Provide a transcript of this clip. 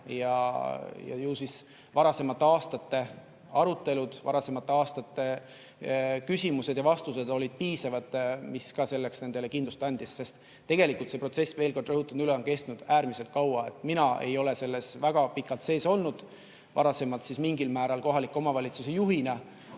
Ju siis varasemate aastate arutelud, varasemate aastate küsimused ja vastused olid piisavad, mis ka selleks nendele kindlust andis. Sest tegelikult see protsess, veel kord rõhutan üle, on kestnud äärmiselt kaua. Mina ei ole selles väga pikalt sees olnud, varasemalt küll mingil määral kohaliku omavalitsuse juhina,